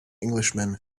englishman